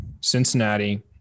Cincinnati